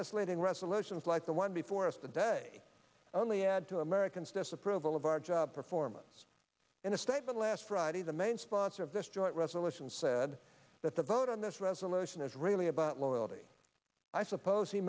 misleading resolutions like the one before us the day only add to americans disapproval of our job performance in a statement last friday the main sponsor of this joint resolution said that the vote on this resolution is really about loyalty i suppose he